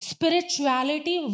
Spirituality